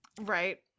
right